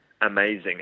amazing